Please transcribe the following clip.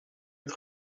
het